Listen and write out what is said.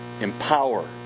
empower